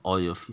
or you have fi~